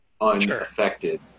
unaffected